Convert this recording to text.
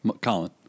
Colin